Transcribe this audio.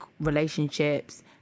relationships